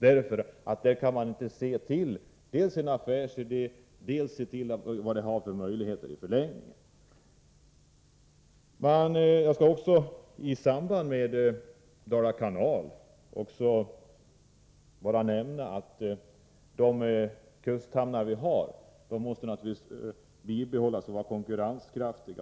Väljer man den vägen, är det omöjligt att beakta olika affärsidéer eller att se till möjligheterna i ett längre perspektiv. I fråga om Dala kanal-projektet vill jag understryka att våra kusthamnar naturligtvis måste bibehållas. Vidare måste de vara konkurrenskraftiga.